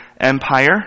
Empire